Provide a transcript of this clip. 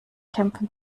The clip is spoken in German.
kämpfen